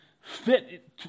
fit